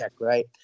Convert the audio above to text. right